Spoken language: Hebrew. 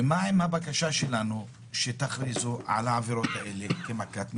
ומה עם הבקשה שלנו שתכריזו על העבירות הללו כמכת מדינה?